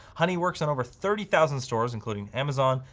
honey works on over thirty thousand stores, including amazon,